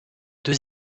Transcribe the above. deux